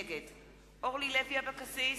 נגד אורלי לוי אבקסיס,